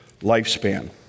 lifespan